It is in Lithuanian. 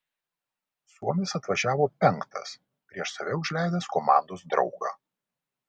suomis atvažiavo penktas prieš save užleidęs komandos draugą